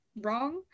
wrong